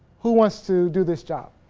who wants to do this job?